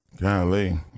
Golly